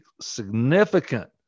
significant